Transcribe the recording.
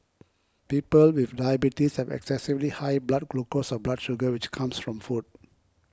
people with diabetes have excessively high blood glucose or blood sugar which comes from food